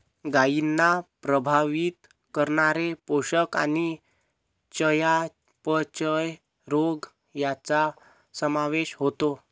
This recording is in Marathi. गायींना प्रभावित करणारे पोषण आणि चयापचय रोग यांचा समावेश होतो